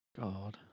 god